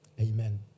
Amen